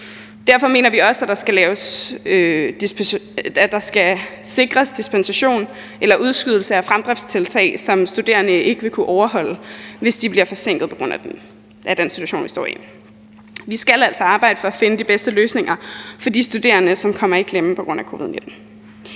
Derfor mener vi også, at der skal sikres dispensation eller udskydelse af fremdriftstiltag, som studerende ikke vil kunne overholde, hvis de bliver forsinket på grund af den situation, vi står i. Vi skal altså arbejde for at finde de bedste løsninger for de studerende, som kommer i klemme på grund af covid-19.